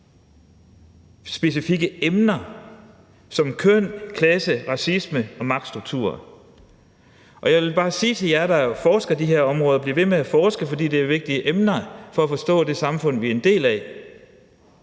specifikke emner som køn, klasse, racisme og magtstrukturer. Jeg vil bare sige til jer, der forsker i de her områder: Bliv ved med at forske, for det er vigtige emner i forhold til at forstå det samfund, vi er en del af.